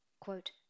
Quote